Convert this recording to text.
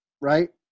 right